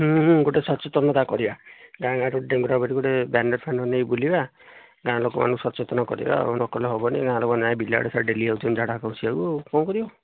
ଗୋଟେ ସଚେତନତା କରିବା ଗାଁ ଗାଁରେ ଡେଙ୍ଗୁରା ପିଟି ଗୋଟେ ବ୍ୟାନର ଫ୍ୟାନର ନେଇକି ବୁଲିବା ଗାଁ ଲୋକ ମାନଙ୍କୁ ସଚେତନ କରିବା ଆଉ ନ କଲେ ହେବନି ଗାଁ ଲୋକ ମାନେ ବିଲ ଆଡ଼େ ସବୁ ଡେଲି ଯାଉଛନ୍ତି ଝାଡ଼ା ବସିବାକୁ କ'ଣ କରିବ